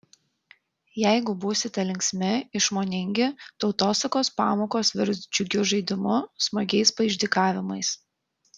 jeigu būsite linksmi išmoningi tautosakos pamokos virs džiugiu žaidimu smagiais paišdykavimais